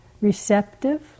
Receptive